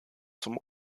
zum